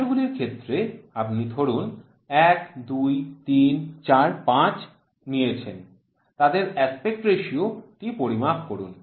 গাজর গুলির ক্ষেত্রে আপনি ধরুন ১ ২ ৩ ৪ ৫ নিয়েছেন তাদের অ্যাসপেক্ট রেশিও টি পরিমাপ করুন